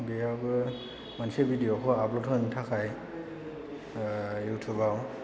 बेयावबो मोनसे भिडिय'खौ आपलड होनायनि थाखाय युटुबाव